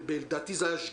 הודעות